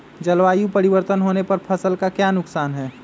जलवायु परिवर्तन होने पर फसल का क्या नुकसान है?